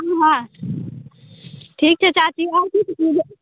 हँ ठीक छै चाची राखैत छी